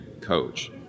coach